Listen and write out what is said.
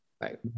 Right